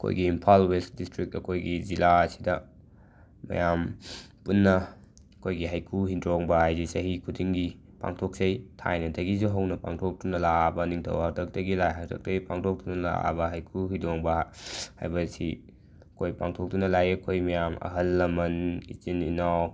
ꯑꯩꯈꯣꯏꯒꯤ Imphal west district ꯑꯩꯈꯣꯏꯒꯤ ꯖꯤꯂꯥ ꯑꯁꯤꯗ ꯃꯌꯥꯝ ꯄꯨꯟꯅ ꯑꯩꯈꯣꯏꯒꯤ ꯍꯩꯀꯨ ꯍꯤꯗꯣꯡꯕ ꯍꯥꯏꯁꯤ ꯆꯍꯤ ꯈꯨꯗꯤꯡꯒꯤ ꯄꯥꯡꯊꯣꯛꯆꯩ ꯊꯥꯏꯅꯗꯒꯤꯁꯨ ꯍꯧꯅ ꯄꯥꯡꯊꯣꯛꯇꯨꯅ ꯂꯥꯛꯂꯕ ꯅꯤꯊꯧ ꯍꯥꯛꯇꯛꯇꯒꯤ ꯂꯥꯏ ꯍꯥꯛꯇꯛꯒꯤ ꯄꯥꯡꯊꯣꯛꯇꯨꯟ ꯂꯥꯛꯂꯕ ꯍꯩꯀꯨ ꯍꯤꯗꯣꯡꯕ ꯍꯥꯏꯕ ꯑꯁꯤ ꯑꯩꯈꯣꯏ ꯄꯥꯡꯊꯣꯛꯇꯨꯅ ꯂꯥꯛꯑꯦ ꯑꯩꯈꯣꯏ ꯃꯌꯥꯝ ꯑꯍꯜ ꯂꯃꯟ ꯏꯆꯤꯟ ꯏꯅꯥꯎ